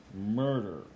murder